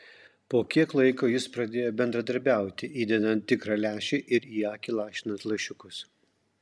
po kiek laiko jis pradėjo bendradarbiauti įdedant tikrą lęšį ir į akį lašinant lašiukus